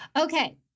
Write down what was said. Okay